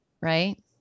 right